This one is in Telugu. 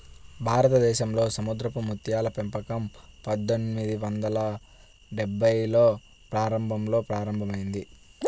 భారతదేశంలో సముద్రపు ముత్యాల పెంపకం పందొమ్మిది వందల డెభ్భైల్లో ప్రారంభంలో ప్రారంభమైంది